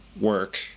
work